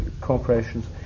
corporations